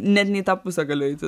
net ne į tą pusę galiu eiti